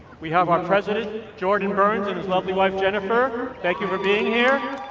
we have our president, jordan burns, and his lovely wife, jennifer. thank you for being here.